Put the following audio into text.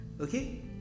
okay